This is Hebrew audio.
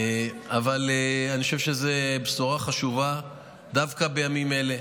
אבל אני חושב שזו בשורה חשובה דווקא בימים אלה,